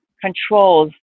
controls